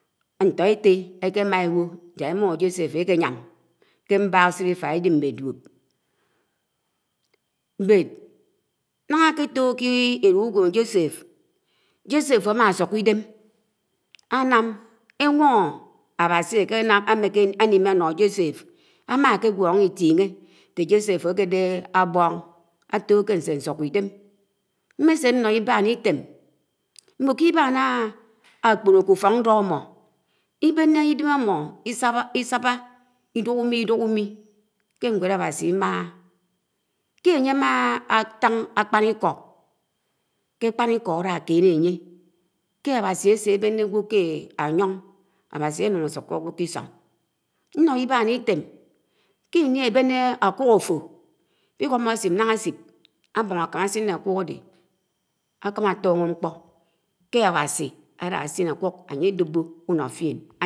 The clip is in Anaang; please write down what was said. Ñto étte ékéma égwo ýak emum ájọséph ékéyam kè m̄bak śilver élip ḿe dúop. Ñhaha áketo̱ho̱ ké élun. Úgwen ájo̱séph ámasùko̱ ídem, ānam éwo̱ho̱ Aẃasi ákeniḿe áno ánye ámakègwo̱ Itínhé ńte ánye ákedeh ábong áto kè ñse? ñsuko̱ Idem ḿmése ñno, Ib̄an Item m̄wo ké Ibàn ákponkè úfo̱k ńdo ámmo, Ibenè Idem ámo̱ Īsubá Idúk úmi, Idiúk ūmi, k̄e ñwed Áwasi Im̄uhe. Kè ánye áma átan ákpanika, kè ákpuniko àlakēne, ánye, kè Áwas̄i āsebēne ágwo, ḱe áyo̱n, Áwasi, ánun ásuko̱ ágwo̱ k̄e Iso̱ng, ñno, Ib́an Item, k̄e íní ábene ākuk áfo Ikpiko̱mo̱ ásip ñah ásip, ábo̱n ákam ásin ḱe Áwási ána śin ákuk áyedo̱be úno̱.